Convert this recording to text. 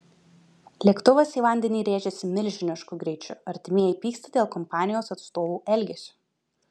lėktuvas į vandenį rėžėsi milžinišku greičiu artimieji pyksta dėl kompanijos atstovų elgesio